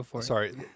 Sorry